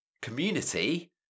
community